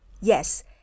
Yes